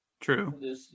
True